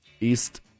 east